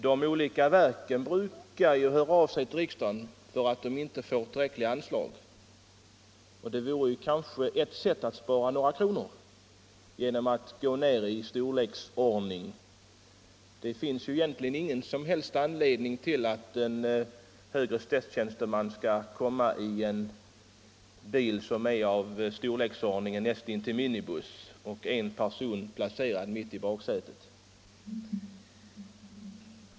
De olika verken brukar ju låta höra av sig till riksdagen för att de inte får tillräckliga anslag. Ett sätt att spara några kronor vore kanske att gå ned i bilstorlek. Det finns egentligen ingen som helst anledning till att en högre statstjänsteman skall komma åkande ensam i baksätet på en bil i storleksordningen näst intill minibuss.